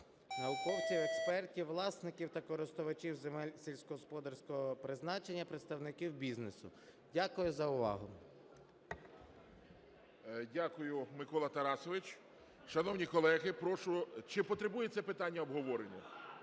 науковців, експертів, власників та користувачів земель сільськогосподарського призначення, представників бізнесу. Дякую за увагу. ГОЛОВУЮЧИЙ. Дякую, Микола Тарасович. Шановні колеги, прошу… Чи потребує це питання обговорення?